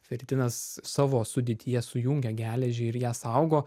feritinas savo sudėtyje sujungia geležį ir ją saugo